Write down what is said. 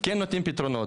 כן נותנים פתרונות,